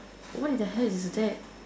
what in the hell is that